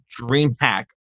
DreamHack